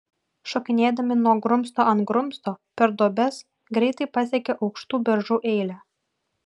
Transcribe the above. šokinėdami nuo grumsto ant grumsto per duobes greitai pasiekė aukštų beržų eilę